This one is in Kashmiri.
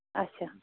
اَچھا